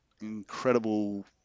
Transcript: incredible